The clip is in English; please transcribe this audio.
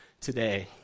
today